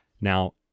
Now